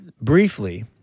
Briefly